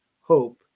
hope